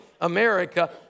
America